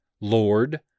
Lord